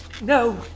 No